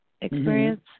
experience